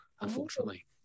Unfortunately